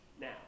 now